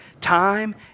time